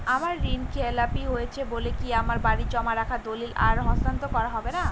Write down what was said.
আমার ঋণ খেলাপি হয়েছে বলে কি আমার বাড়ির জমা রাখা দলিল আর হস্তান্তর করা হবে না?